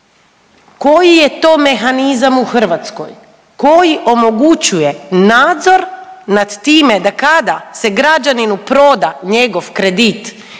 koji je to mehanizam u Hrvatskoj koji omogućuje nadzor nad time da kada se građaninu proda njegov kredit